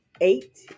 Eight